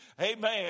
Amen